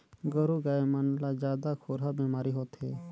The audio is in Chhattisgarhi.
गोरु गाय मन ला जादा खुरहा बेमारी होथे